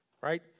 right